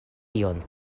ion